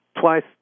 twice